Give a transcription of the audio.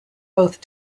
both